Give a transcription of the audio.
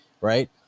right